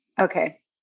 Okay